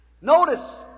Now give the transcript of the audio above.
Notice